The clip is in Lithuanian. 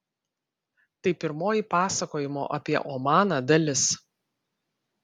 tai pirmoji pasakojimo apie omaną dalis